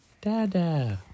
Dada